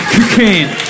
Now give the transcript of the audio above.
Cocaine